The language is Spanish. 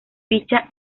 ficha